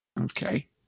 Okay